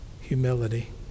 humility